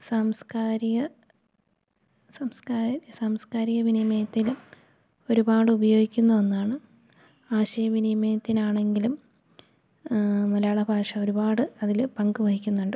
സാംസ്കാരിക വിനിമയത്തില് ഒരുപാടുപയോഗിക്കുന്ന ഒന്നാണ് ആശയ വിനിമയത്തിനാണെങ്കിലും മലയാള ഭാഷ ഒരുപാട് അതില് പങ്കു വഹിക്കുന്നുണ്ട്